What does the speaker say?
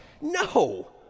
No